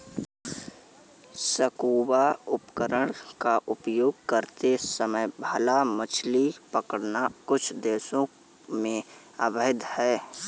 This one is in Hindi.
स्कूबा उपकरण का उपयोग करते समय भाला मछली पकड़ना कुछ देशों में अवैध है